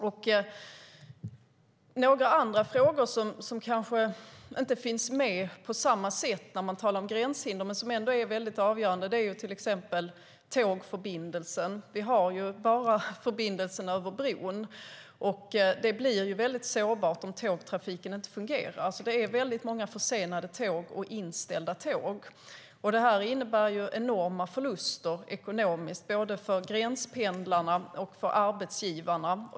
Det finns andra frågor som kanske inte finns med på samma sätt när man talar om gränshinder men som ändå är avgörande. Det gäller till exempel tågförbindelsen. Vi har bara förbindelsen över bron, och det blir väldigt sårbart om tågtrafiken inte fungerar. Det är många försenade tåg och inställda tåg. Detta innebär enorma förluster ekonomiskt, både för gränspendlarna och för arbetsgivarna.